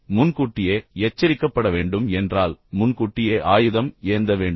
எனவே முன்கூட்டியே எச்சரிக்கப்பட வேண்டும் என்றால் முன்கூட்டியே ஆயுதம் ஏந்த வேண்டும்